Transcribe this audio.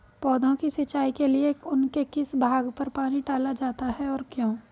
पौधों की सिंचाई के लिए उनके किस भाग पर पानी डाला जाता है और क्यों?